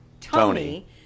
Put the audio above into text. Tony